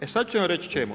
E sad ću vam reći čemu.